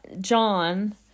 John